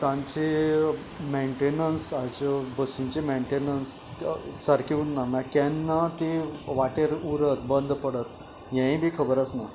तांची मेनटेनन्साच्यो बशिंची मेनटेनन्स सारकी उरना म्हळ्यार केन्ना ती वाटेर उरत बंद पडट हेंय बी खबर आसना